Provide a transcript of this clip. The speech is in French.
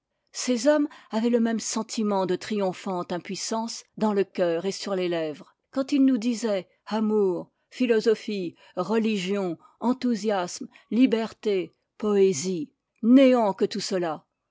ces hommes avaient le même sentiment de triomphante impuissance dans le cœur et sur les lèvres quand ils nous disaient amour philosophie religion enthousiasme liberté poésie néant que tout cela